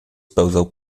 pełzał